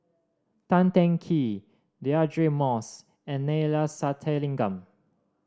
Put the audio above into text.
Tan Teng Kee Deirdre Moss and Neila Sathyalingam